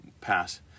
pass